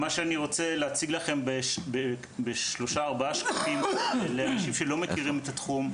אנחנו במסגרת החוק הזה למדנו את התחום,